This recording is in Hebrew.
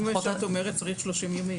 לפי מה שאת אומרת צריך 30 ימים.